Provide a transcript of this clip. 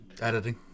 editing